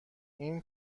این